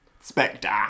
Spectre